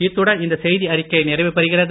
இத்துடன் இந்த செய்தி அறிக்கை நிறைவு பெறுகிறது